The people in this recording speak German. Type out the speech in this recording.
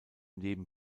neben